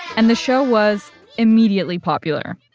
and the show was immediately popular.